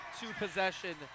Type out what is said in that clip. two-possession